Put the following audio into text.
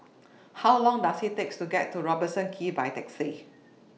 How Long Does IT takes to get to Robertson Quay By Taxi